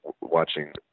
watching